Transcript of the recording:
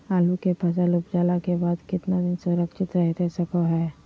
आलू के फसल उपजला के बाद कितना दिन सुरक्षित रहतई सको हय?